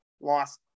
lost